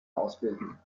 ausbilden